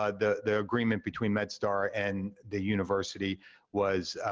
ah the the agreement between medstar and the university was,